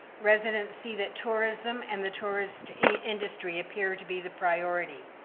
residents see that tourism and the tourist industry appeared to be the priority.